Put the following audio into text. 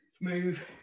Move